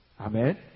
Amen